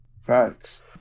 facts